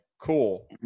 Cool